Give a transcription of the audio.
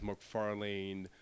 McFarlane